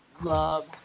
love